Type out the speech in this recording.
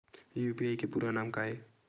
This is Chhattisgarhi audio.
यू.पी.आई के पूरा नाम का ये?